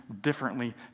differently